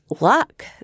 luck